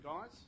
guys